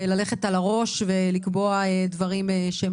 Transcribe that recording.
אני לא דוגלת בללכת על הראש ולקבוע דברים שהם